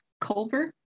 Culver